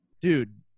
Dude